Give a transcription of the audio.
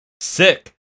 sick